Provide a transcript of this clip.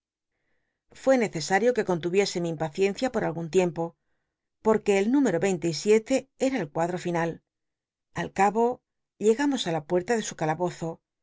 fué necesario que contmiesc mi impaciencia por algun tiempo porque el número y cinte y siete era el cnarir'o final al e bo llegamos ü la puerta de calabozo y